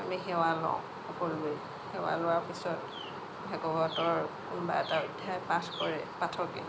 আমি সেৱা লওঁ সকলোৱে সেৱা লোৱাৰ পিছত ভাগৱতৰ কোনোবা এটা অধ্যায় পাঠ কৰে পাঠকে